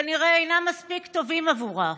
כנראה אינם מספיק טובים עבורה.